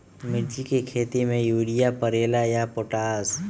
मिर्ची के खेती में यूरिया परेला या पोटाश?